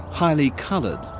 highly coloured,